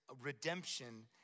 redemption